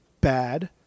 bad